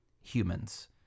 humans